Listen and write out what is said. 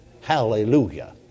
Hallelujah